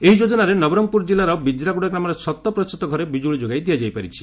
ଏହି ଯୋଜନାରେ ନବରଙଗପୁର ଜିଲ୍ଲାର ବିଜ୍ରାଗୁଡ଼ା ଗ୍ରାମରେ ଶତ ପ୍ରତିଶତ ଘରେ ବିଜୁଳି ଯୋଗାଇ ଦିଆଯାଇପାରିଛି